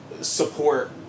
support